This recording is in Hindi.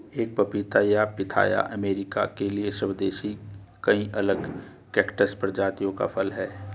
एक पपीता या पिथाया अमेरिका के लिए स्वदेशी कई अलग कैक्टस प्रजातियों का फल है